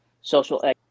social